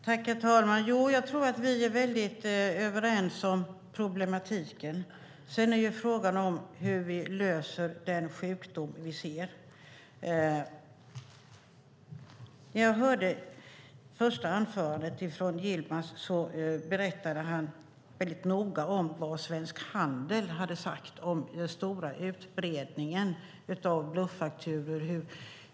Herr talman! Jo, jag tror att vi är överens om problemet. Sedan är frågan hur vi botar den sjukdom vi ser. Yilmaz Kerimo berättade i sitt första anförande noggrant om vad representanten för Svensk Handel hade sagt om den stora utbredningen av bluffakturor.